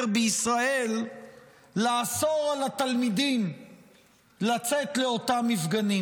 בישראל לאסור על התלמידים לצאת לאותם מפגנים.